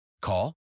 Call